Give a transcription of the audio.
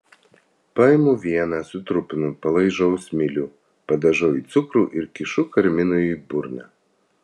paimu vieną sutrupinu palaižau smilių padažau į cukrų ir kišu karminui į burną